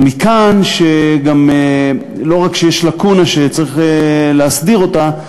ומכאן, לא רק שיש לקונה שצריך להסדיר אותה,